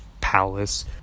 palace